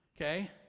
Okay